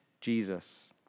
Jesus